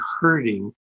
hurting